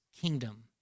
kingdom